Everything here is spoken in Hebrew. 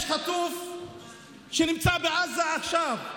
יש חטוף שנמצא בעזה עכשיו,